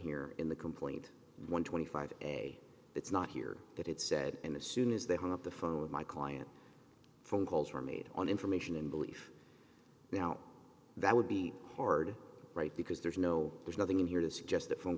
here in the complaint one hundred and twenty five a it's not here that it said and as soon as they hung up the phone with my client phone calls were made on information and belief now that would be hard right because there's no there's nothing in here to suggest that phone